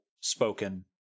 spoken